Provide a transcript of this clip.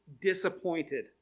disappointed